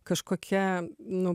kažkokia nu